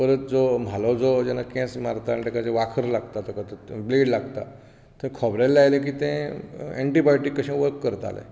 परत जो म्हालो जो जेन्ना केंस मारता आनी तेका जो वाखर लागता तेका ब्लॅड लागता तें खोबरेल लायलें की तें एन्टीबायोटीक कशें वर्क करतालें